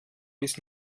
bis